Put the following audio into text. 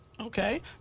Okay